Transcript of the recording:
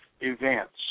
events